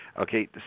Okay